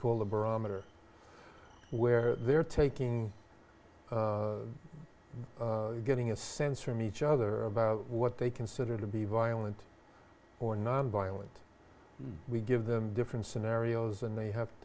called the barometer where they're taking getting a sense from each other about what they consider to be violent or nonviolent we give them different scenarios and they have